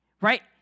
right